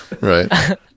Right